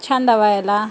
ಛಂದವ ಎಲ್ಲ